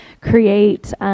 create